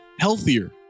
healthier